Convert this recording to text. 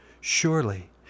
Surely